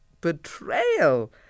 betrayal